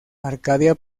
arcadia